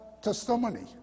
testimony